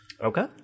Okay